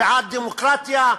בעד דמוקרטיה,